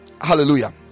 Hallelujah